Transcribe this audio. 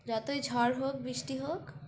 যতই ঝড় হোক বৃষ্টি হোক